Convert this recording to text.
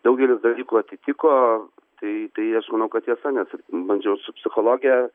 daugelis dalykų atsitiko tai tai aš manau kad tiesa nes bandžiau su psichologe